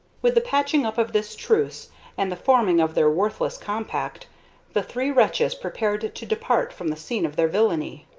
with the patching up of this truce and the forming of their worthless compact the three wretches prepared to depart from the scene of their villany.